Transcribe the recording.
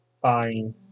fine